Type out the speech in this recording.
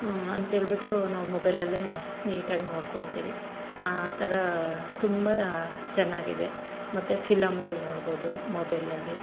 ಅಂತೇಳ್ಬಿಟ್ಟು ನಾವು ಮೊಬೈಲಲ್ಲೇ ನೀಟಾಗಿ ನೋಡ್ಕೊತಿರಿ ಆ ಥರ ತುಂಬ ಚೆನ್ನಾಗಿದೆ ಮತ್ತು ಫಿಲಮ್ಗಳು ನೋಡ್ಬೋದು ಮೊಬೈಲಲ್ಲಿ